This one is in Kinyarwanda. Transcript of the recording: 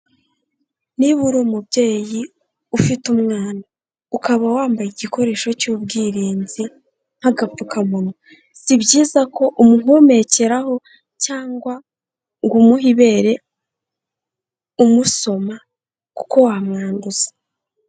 Niba uri umubyeyi ufite umwana, ukaba wambaye igikoresho cy'ubwirinzi, nk'agapfukamunwa, si byiza ko umuhumekeraho cyangwa ngo umuhe ibere umusoma kuko wamwanduza.